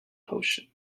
potion